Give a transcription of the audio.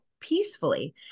peacefully